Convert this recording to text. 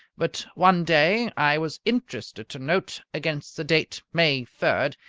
but one day i was interested to note, against the date may third,